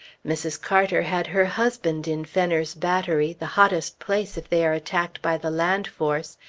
mrs. carter had her husband in fenner's battery, the hottest place if they are attacked by the land force,